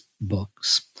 books